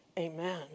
Amen